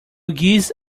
geese